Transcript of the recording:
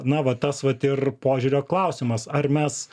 na va tas vat ir požiūrio klausimas ar mes